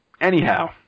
anyhow